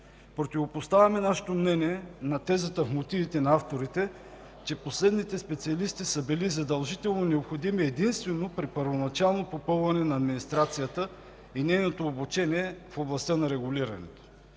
Противопоставяме нашето мнение на тезата в мотивите на авторите, че последните специалисти са били задължително необходими единствено при първоначално попълване на администрацията и нейното обучение в областта на регулирането.